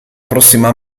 prossima